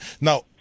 Now